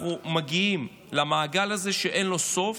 אנחנו מגיעים למעגל הזה שאין לו סוף,